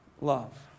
Love